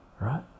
right